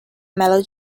mellow